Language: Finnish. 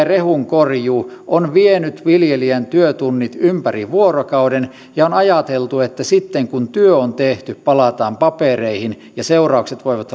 rehun korjuu on vienyt viljelijän työtunnit ympäri vuorokauden ja on ajateltu että sitten kun työt on tehty palataan papereihin ja seuraukset voivat